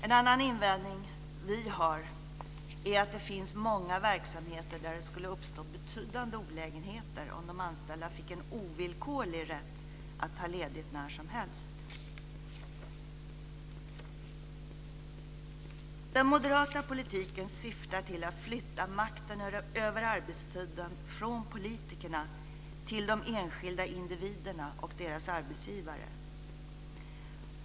En annan invändning vi har är att det finns många verksamheter där det skulle uppstå betydande olägenheter om de anställda fick en ovillkorlig rätt att ta ledigt när som helst. Den moderata politiken syftar till att flytta makten över arbetstiden från politikerna till de enskilda individerna och deras arbetsgivare.